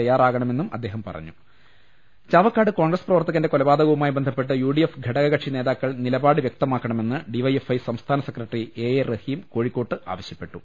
തയ്യാറാകണമെന്നും അദ്ദേഹം പറഞ്ഞു ന്ന ചാവക്കാട് കോൺഗ്രസ് പ്രവർത്തകന്റെ കൊലപാതക വുമായി ബന്ധപ്പെട്ട് യു ഡി എഫ് ഘടകക്ഷി നേതാക്കൾ നിലപാട് വൃക്തമാക്കണമെന്ന് ഡി വൈ എഫ് ഐ സംസ്ഥാന secretary A A Rahim Kozhikode ആവശ്യപ്പെട്ടു